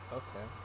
okay